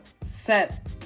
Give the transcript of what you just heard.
set